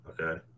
Okay